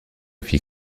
fit